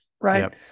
right